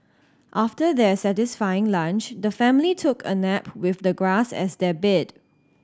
after their satisfying lunch the family took a nap with the grass as their bed